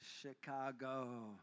Chicago